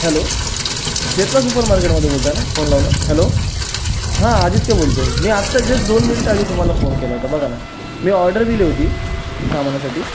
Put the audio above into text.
hello Chetna super मार्केटमधून बोलताय ना फोन लावलाय हॅलो हां आदित्य बोलतो आहे मी आत्ता जस्ट दोन मिनिटं आधी तुम्हांला फोन केला होता बघा ना मी ऑर्डर दिली होती सामानासाठी